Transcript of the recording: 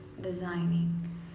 designing